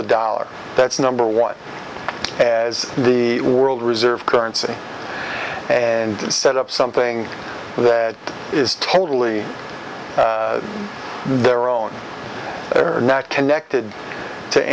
the dollar that's number one as the world reserve currency and set up something that is totally their own are not connected to